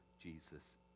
Jesus